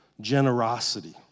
generosity